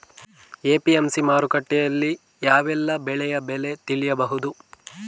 APMC ಮಾರುಕಟ್ಟೆಯಲ್ಲಿ ಯಾವೆಲ್ಲಾ ಬೆಳೆಯ ಬೆಲೆ ತಿಳಿಬಹುದು?